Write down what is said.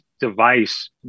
device